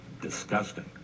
disgusting